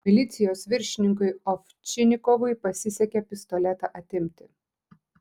milicijos viršininkui ovčinikovui pasisekė pistoletą atimti